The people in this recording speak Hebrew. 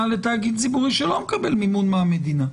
לתאגיד ציפורי שלא מקבל מימון מהמדינה?